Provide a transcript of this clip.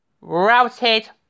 routed